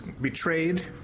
betrayed